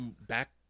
back